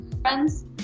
Friends